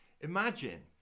Imagine